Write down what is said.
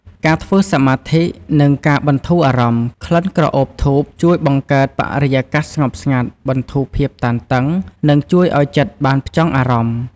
ការធ្វើសមាធិ និងការបន្ធូរអារម្មណ៍ ក្លិនក្រអូបធូបជួយបង្កើតបរិយាកាសស្ងប់ស្ងាត់ បន្ធូរភាពតានតឹង និងជួយឱ្យចិត្តបានផ្ចង់អារម្មណ៍។